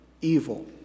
evil